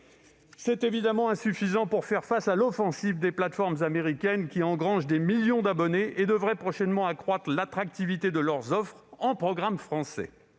C'est évidemment insuffisant pour faire face à l'offensive des plateformes américaines, qui engrangent des millions d'abonnés et devraient prochainement accroître l'attractivité de leurs offres en programmes français.